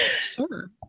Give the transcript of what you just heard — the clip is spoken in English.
Sure